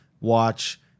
watch